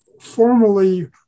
formally